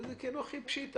זה הכי פשיטא.